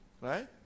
Right